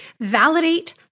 Validate